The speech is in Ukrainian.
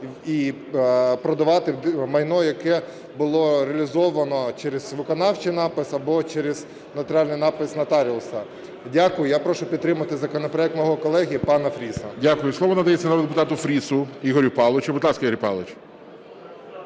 продавати майно, яке було реалізоване через виконавчий напис або через нотаріальний напис нотаріуса. Дякую. Я прошу підтримати законопроект мого колеги пана Фріса. ГОЛОВУЮЧИЙ. Дякую. Слово надається народному депутату Фрісу Ігорю Павловичу. Будь ласка, Ігор Павлович.